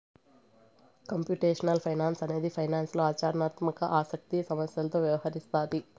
computational finance అనేది ఫైనాన్స్లో ఆచరణాత్మక ఆసక్తి సమస్యలతో వ్యవహరిస్తాది